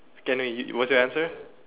anyway what's your answer